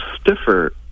stiffer